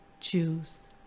choose